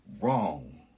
wrong